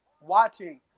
watching